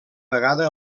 vegada